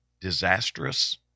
disastrous